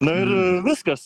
nu ir viskas